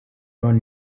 brown